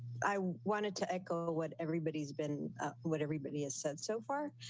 i wanted to echo what everybody's been what everybody has said so far,